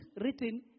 written